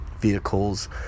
vehicles